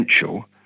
potential